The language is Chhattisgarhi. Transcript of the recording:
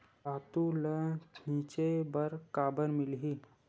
खातु ल छिंचे बर काबर मिलही?